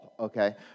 Okay